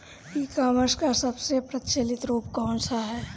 ई कॉमर्स क सबसे प्रचलित रूप कवन सा ह?